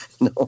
No